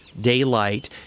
daylight